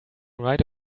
right